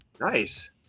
Nice